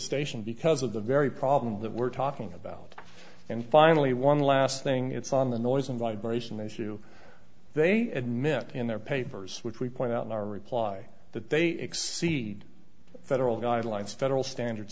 station because of the very problems that we're talking about and finally one last thing it's on the noise and vibration issue they admit in their papers which we point out in our reply that they exceed federal guidelines federal standards